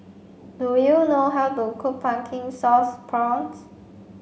do you know how to cook pumpkin sauce prawns